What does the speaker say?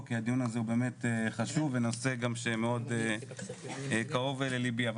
כי הדיון הזה הוא באמת חשוב וזה נושא שגם מאוד קרוב לליבי נכון,